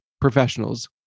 professionals